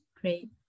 great